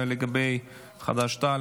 גם לגבי חד"ש-תע"ל,